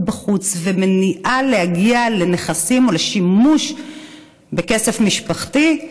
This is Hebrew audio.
בחוץ ולמנוע מלהגיע לנכסים או לשימוש בכסף משפחתי.